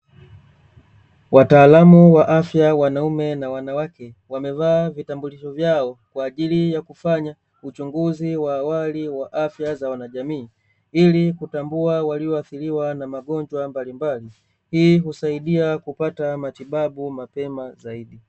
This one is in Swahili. Wataalamu wa afya wanaume na wanawake wamevaa vitambulisho vyao kwa ajili ya kufanya uchunguzi wa awali wa afya za wanajamii, ili kutambua walioathiriwa na magonjwa mbalimbali ili kusaidia kupata matibabu mapema zaidi.